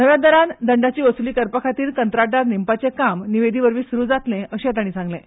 नव्या दरान दंडाची वसूली करपाखातीर कंत्राटदार नेमपाचे काम निविदेवरवी सुरु जातले अशेंय तांणी सांगलें